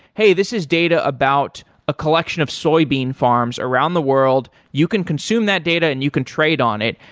hey, this is data about a collection of soybean farms around the world. you can consume that data and you can trade on it,